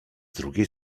drugiej